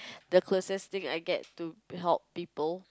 the closest thing I get to help people